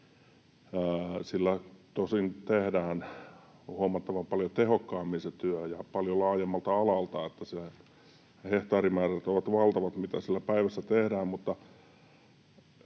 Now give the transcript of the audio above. huomattavan paljon tehokkaammin se työ ja paljon laajemmalta alalta, niin että ne hehtaarimäärät ovat valtavat, mitä sillä päivässä tehdään